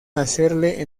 hacerle